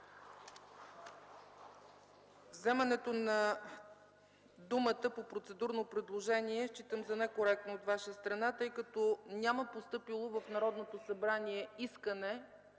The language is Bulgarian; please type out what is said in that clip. Вземането на думата по процедурно предложение считам за некоректно от Ваша страна, тъй като няма постъпило в Народното събрание искане